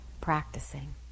practicing